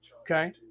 okay